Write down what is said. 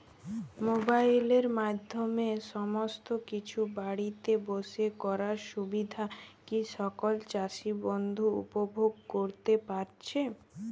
মোবাইলের মাধ্যমে সমস্ত কিছু বাড়িতে বসে করার সুবিধা কি সকল চাষী বন্ধু উপভোগ করতে পারছে?